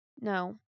No